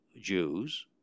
Jews